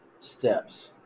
steps